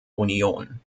union